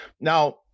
Now